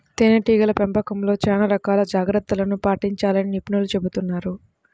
తేనెటీగల పెంపకంలో చాలా రకాల జాగ్రత్తలను పాటించాలని నిపుణులు చెబుతున్నారు